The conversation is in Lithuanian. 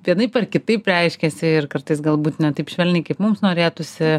vienaip ar kitaip reiškiasi ir kartais galbūt ne taip švelniai kaip mums norėtųsi